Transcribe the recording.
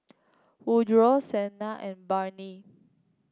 Woodroe Shenna and Barney